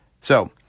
So-